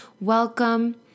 welcome